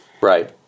Right